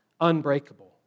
unbreakable